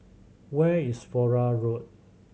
where is Flora Road